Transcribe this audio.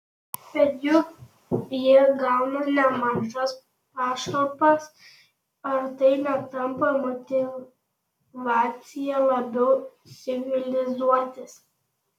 bet juk jie gauna nemažas pašalpas ar tai netampa motyvacija labiau civilizuotis